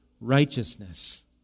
righteousness